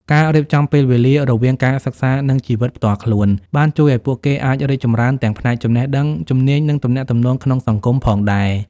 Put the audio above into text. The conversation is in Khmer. ការរៀបចំពេលវេលារវាងការសិក្សានិងជីវិតផ្ទាល់ខ្លួនបានជួយឱ្យពួកគេអាចរីកចម្រើនទាំងផ្នែកចំណេះដឹង ជំនាញ និងទំនាក់ទំនងក្នុងសង្គមផងដែរ។